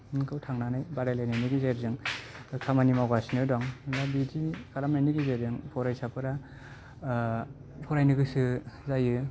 मोनखौ थांनानै बादायलायनायनि गेजेरजों खामानि मावगासिनो दं दा बिदि खालामनायनि गेजेरजों फरायसाफोरा फरायनो गोसो जायो